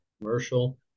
commercial